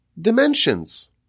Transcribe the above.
dimensions